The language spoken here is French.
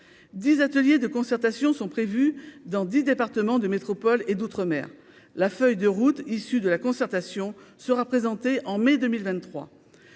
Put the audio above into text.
10 ateliers de concertation sont prévues dans 10 départements de métropole et d'outre-mer, la feuille de route, issu de la concertation sera présenté en mai 2023,